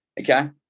okay